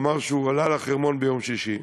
הוא אמר שהוא עלה לחרמון ביום שישי,